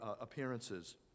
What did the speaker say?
appearances